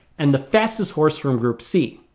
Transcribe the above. and the fastest horse from group c